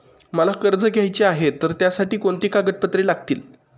मला कर्ज घ्यायचे आहे तर त्यासाठी कोणती कागदपत्रे लागतील?